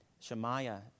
Shemaiah